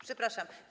Przepraszam.